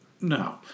No